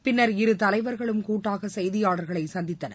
பின்னர் இரு தலைவர்களும் கூட்டாக செய்தியாளர்களை சந்தித்தனர்